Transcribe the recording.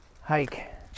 hike